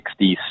60s